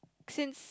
since